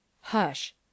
HUSH